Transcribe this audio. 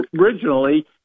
Originally